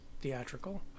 theatrical